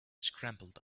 scrambled